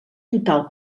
total